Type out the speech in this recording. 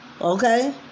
okay